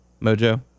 Mojo